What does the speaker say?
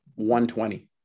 120